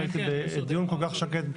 הערות?